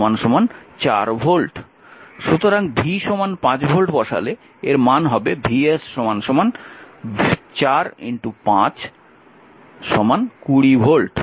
সুতরাং V 5 volt বসালে এর মান হবে Vs 4 5 20 ভোল্ট